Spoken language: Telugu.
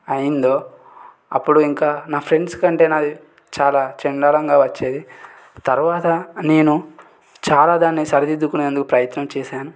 అయిందో అప్పుడు ఇంకా నా ఫ్రెండ్స్ కంటే నాది చాలా చండాలంగా వచ్చేది తర్వాత నేను చాలా దాన్ని సరిదిద్దుకునేందుకు ప్రయత్నం చేశాను